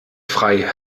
frei